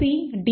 C D